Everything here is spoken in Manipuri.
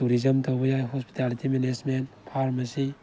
ꯇꯨꯔꯤꯖꯝ ꯇꯧꯕ ꯌꯥꯏ ꯍꯣꯁꯄꯤꯇꯥꯜꯂꯤꯇꯤ ꯃꯦꯅꯦꯖꯃꯦꯟ ꯐꯥꯔꯃꯥꯁꯤ